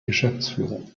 geschäftsführung